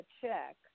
check